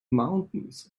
mountains